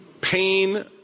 pain